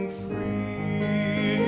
free